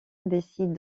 décide